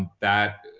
that,